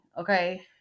Okay